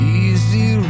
easy